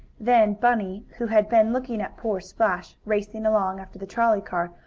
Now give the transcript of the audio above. then bunny, who had been looking at poor splash, racing along after the trolley car,